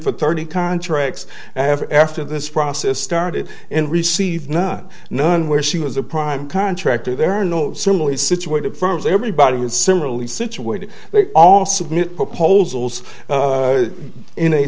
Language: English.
for thirty contracts have after this process started and received not knowing where she was a prime contractor there are no similarly situated firms everybody is similarly situated they all submit proposals in a